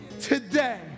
Today